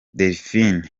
delphin